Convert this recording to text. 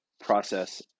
process